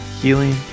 healing